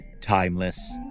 timeless